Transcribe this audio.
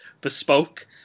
bespoke